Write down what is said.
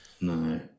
No